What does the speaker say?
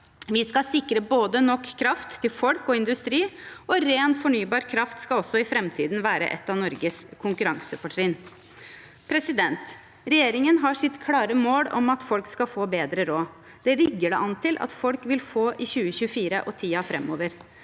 Vi skal sikre nok kraft til både folk og industri, og ren, fornybar kraft skal også i framtiden være et av Norges konkurransefortrinn. Regjeringen har som sitt klare mål at folk skal få bedre råd. Det ligger det an til at folk vil få i 2024 og tida framover.